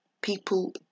People